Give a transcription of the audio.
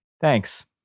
Thanks